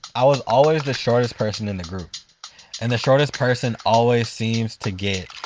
i was always the shortest person in the group and the shortest person always seems to get,